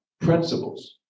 principles